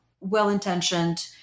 well-intentioned